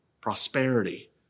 prosperity